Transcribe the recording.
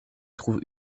trouve